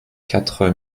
quatre